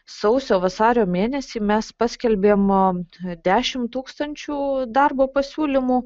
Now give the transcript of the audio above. sausio vasario mėnesį mes paskelbėm dešimt tūkstančių darbo pasiūlymų